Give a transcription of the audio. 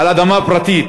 על אדמה פרטית,